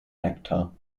nektar